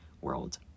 world